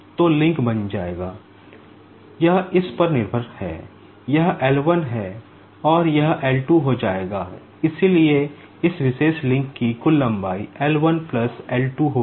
तो लिंक बन जाएगा यह इस पर निर्भर है यह L 1 है और यह L 2 हो जाएगा इसलिए इस विशेष लिंक की कुल लंबाई L 1 प्लस L 2 होगी